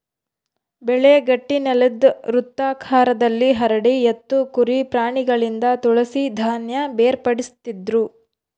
ಬೆಳೆ ಗಟ್ಟಿನೆಲುದ್ ವೃತ್ತಾಕಾರದಲ್ಲಿ ಹರಡಿ ಎತ್ತು ಕುರಿ ಪ್ರಾಣಿಗಳಿಂದ ತುಳಿಸಿ ಧಾನ್ಯ ಬೇರ್ಪಡಿಸ್ತಿದ್ರು